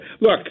look